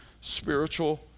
spiritual